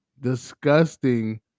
Disgusting